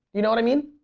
you know what i mean?